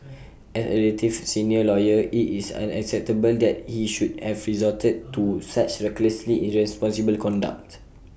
as A relatively senior lawyer IT is unacceptable that he should have resorted to such recklessly irresponsible conduct